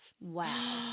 Wow